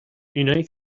اینایی